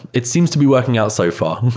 it seems to be working out so far.